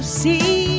see